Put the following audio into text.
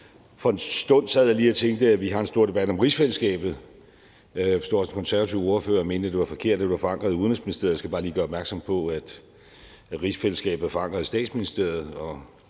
lige og tænkte på noget: Vi har en stor debat om rigsfællesskabet, og jeg forstod, at den konservative ordfører mente, at det var forkert, at det lå forankret i Udenrigsministeriet. Jeg skal bare lige gøre opmærksom på, at rigsfællesskabet er forankret i Statsministeriet,